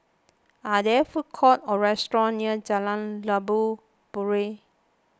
are there food courts or restaurants near Jalan Labu Puteh